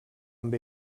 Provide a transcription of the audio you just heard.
amb